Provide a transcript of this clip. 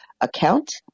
account